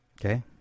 okay